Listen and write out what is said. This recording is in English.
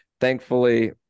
thankfully